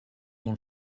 dans